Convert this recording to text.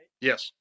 Yes